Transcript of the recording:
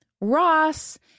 Ross